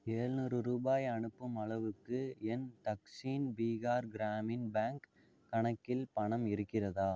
ஏழுநூறு ரூபாய் அனுப்பும் அளவுக்கு என் தக்ஷின் பீகார் கிராமின் பேங்க் கணக்கில் பணம் இருக்கிறதா